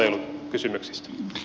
arvoisa puhemies